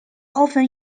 often